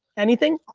anything?